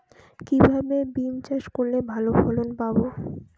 কিভাবে বিম চাষ করলে ভালো ফলন পাব?